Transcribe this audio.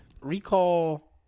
Recall